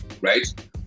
right